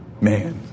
man